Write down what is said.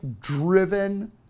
driven